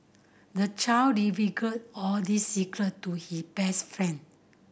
the child all the secret to his best friend